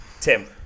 Tim